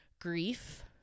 grief